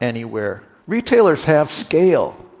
anywhere. retailers have scale.